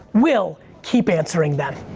we'll keep answering them.